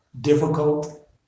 difficult